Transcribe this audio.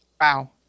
wow